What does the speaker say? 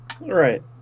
right